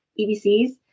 EBCs